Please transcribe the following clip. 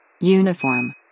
Uniform